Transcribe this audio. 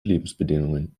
lebensbedingungen